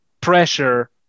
pressure